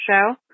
show